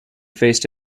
faced